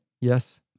yes